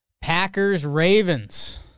Packers-Ravens